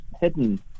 hidden